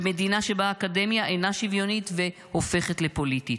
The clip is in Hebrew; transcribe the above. במדינה שבה האקדמיה אינה שוויונית והופכת לפוליטית.